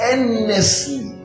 Endlessly